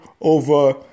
over